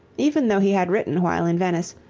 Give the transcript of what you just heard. even though he had written while in venice,